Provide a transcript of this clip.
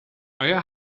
آیا